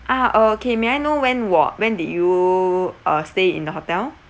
ah okay may I know when wa~ when did you uh stay in the hotel